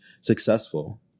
successful